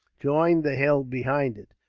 joined the hill behind it.